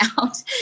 out